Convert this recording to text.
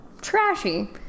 trashy